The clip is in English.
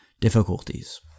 difficulties